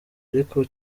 ariko